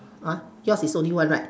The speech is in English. uh yours is only one right